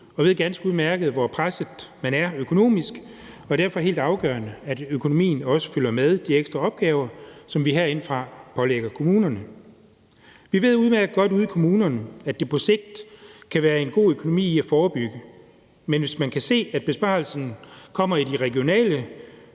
og ved ganske udmærket, hvor presset man er økonomisk, og det er derfor helt afgørende, at økonomien også følger med de ekstra opgaver, som vi herindefra pålægger kommunerne. Vi ved udmærket godt ude i kommunerne, at der på sigt kan være en god økonomi i at forebygge, men hvis man kan se, at besparelsen kommer i de regionale